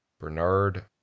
Bernard